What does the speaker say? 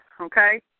okay